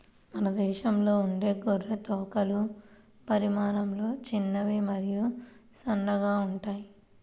మన దేశంలో ఉండే గొర్రె తోకలు పరిమాణంలో చిన్నవి మరియు సన్నగా ఉంటాయి